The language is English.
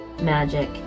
magic